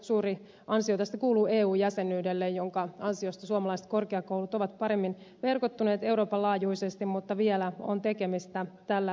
suuri ansio tästä kuuluu eu jäsenyydelle jonka ansiosta suomalaiset korkeakoulut ovat paremmin verkottuneet euroopan laajuisesti mutta vielä on tekemistä tällä saralla